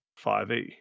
5e